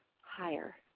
higher